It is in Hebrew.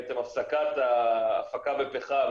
בעצם הפסקת ההפקה בפחם